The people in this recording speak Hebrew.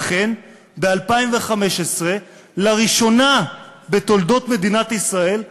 ואכן, ב-2015, לראשונה בתולדות מדינת ישראל,